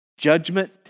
Judgment